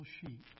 sheep